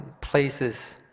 places